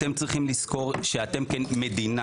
אתם צריכים לזכור שאתם כמדינה